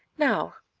now,